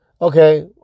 okay